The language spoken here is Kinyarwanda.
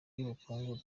bukungu